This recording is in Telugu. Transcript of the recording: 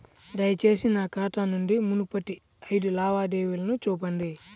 దయచేసి నా ఖాతా నుండి మునుపటి ఐదు లావాదేవీలను చూపండి